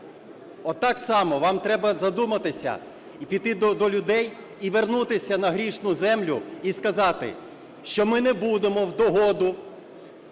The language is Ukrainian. Отак само вам треба задуматися і піти до людей, і вернутися на грішну землю і сказати, що ми не будемо в догоду